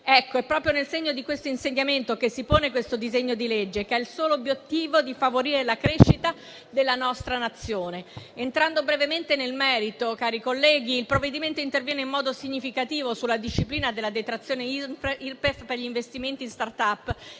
Ecco, è proprio nel segno di tale insegnamento che si pone questo disegno di legge che ha il solo obiettivo di favorire la crescita della nostra Nazione. Entrando brevemente nel merito, cari colleghi, il provvedimento interviene in modo significativo sulla disciplina della detrazione Irpef per gli investimenti in *start-up*